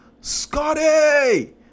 Scotty